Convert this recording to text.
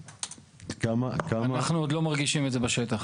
אנחנו עוד לא מרגישים את זה בשטח.